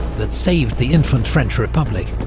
that saved the infant french republic.